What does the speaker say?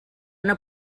una